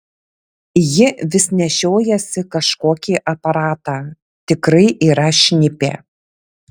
ji vis nešiojasi kažkokį aparatą tikrai yra šnipė